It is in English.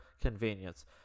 convenience